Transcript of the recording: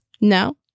No